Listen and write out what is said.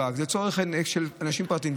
זה צורך של אנשים פרטיים,